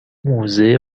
موزه